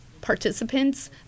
participants